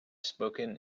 spoken